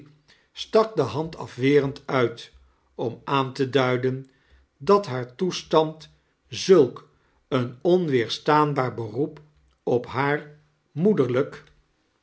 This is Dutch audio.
de hand afwerend uit om aan te duiden dat haar toestand zulk een onweerstaanbaar beroep op haar moederlijk